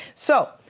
so,